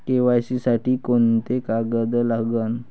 KYC साठी कोंते कागद लागन?